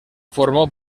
formó